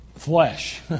flesh